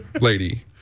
lady